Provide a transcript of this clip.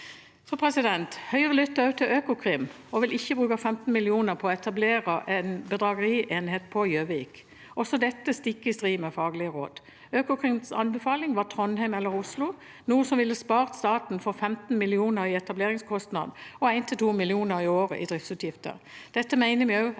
Høyre lytter også til Økokrim og vil ikke bruke 15 mill. kr på å etablere en bedragerienhet på Gjøvik, også dette stikk i strid med faglige råd. Økokrims anbefaling var Trondheim eller Oslo, noe som ville ha spart staten for 15 mill. kr i etableringskostnader og 1– 2 mill. kr i året i driftsutgifter.